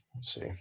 see